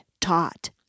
taught